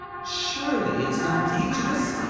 surely it's not dangerous?